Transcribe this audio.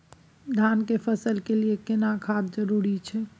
धान के फसल के लिये केना खाद जरूरी छै?